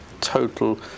total